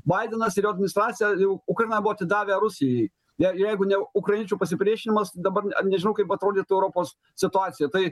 baidenas ir jo adminisracija jau ukrainą buvo atidavę rusijai jei jeigu ne ukrainiečių pasipriešinimas dabar net nežinau kaip atrodytų europos situacija tai